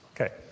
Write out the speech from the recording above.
Okay